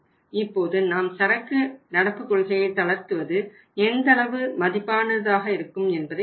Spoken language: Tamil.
இப்போது நாம் சரக்கு நடப்பு கொள்கையை தளர்த்துவது எந்தளவு மதிப்பானது இருக்கும் என்பதை முடிவு செய்ய வேண்டும்